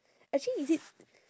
actually is it